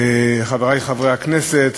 חברי חברי הכנסת,